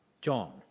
John